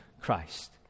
Christ